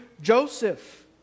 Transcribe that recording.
Joseph